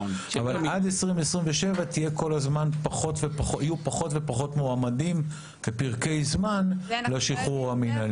אבל עד 2027 יהיו כל הזמן פחות ופחות מועמדים כפרקי זמן לשחרור המינהלי.